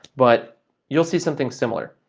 but you'll see something similar.